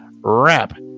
wrap